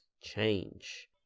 change